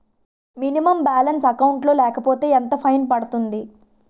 Minimum balance account లో లేకపోతే ఎంత ఫైన్ పడుతుంది?